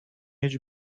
his